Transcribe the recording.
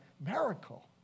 miracle